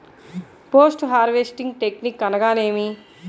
Post harvesting technique అనగా నేమి?